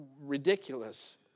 ridiculous